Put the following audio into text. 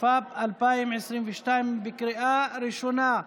התשפ"ב 2022, לקריאה הראשונה,